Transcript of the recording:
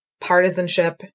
partisanship